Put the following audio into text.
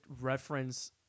reference